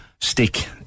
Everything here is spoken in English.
stick